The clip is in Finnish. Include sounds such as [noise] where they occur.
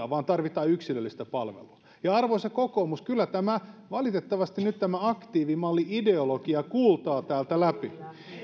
[unintelligible] vaan tarvitaan yksilöllistä palvelua ja arvoisa kokoomus kyllä valitettavasti nyt tämä aktiivimalli ideologia kuultaa täältä läpi